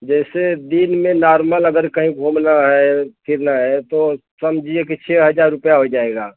जैसे दिन में नार्मल अगर कहीं घूमना है फिरना है तो समझिए कि छ हजार रुपया हो जाएगा